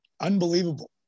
Unbelievable